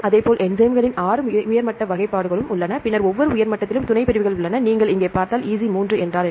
அதேபோல் என்சைம்களின் 6 உயர்மட்ட வகைப்பாடுகளும் உள்ளன பின்னர் ஒவ்வொரு உயர் மட்டத்திலும் துணைப்பிரிவுகள் உள்ளன நீங்கள் இங்கே பார்த்தால் EC3 என்றால் என்ன